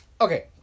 Okay